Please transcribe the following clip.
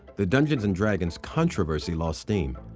the dungeons and dragons controversy lost steam,